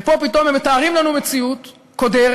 ופה פתאום הם מתארים לנו מציאות קודרת,